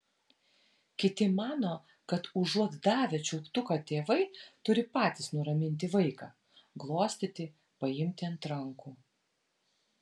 kiti mano kad užuot davę čiulptuką tėvai turi patys nuraminti vaiką glostyti paimti ant rankų